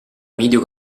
medio